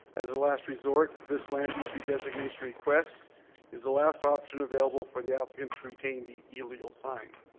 as a last resort, this land use redesignation request is the last option available for the applicant to retain the illegal sign.